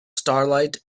starlight